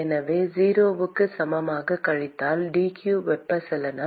எனவே 0 க்கு சமமான கழித்தல் dq வெப்பச்சலனம்